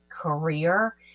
career